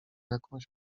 jakąś